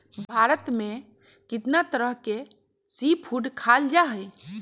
भारत में कितना तरह के सी फूड खाल जा हई